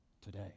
today